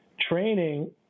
training